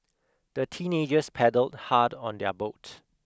the teenagers paddled hard on their boat